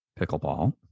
pickleball